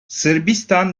sırbistan